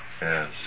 Yes